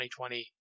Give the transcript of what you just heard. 2020